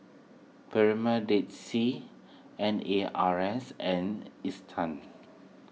Premier Dead Sea N A R S and Isetan